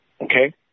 Okay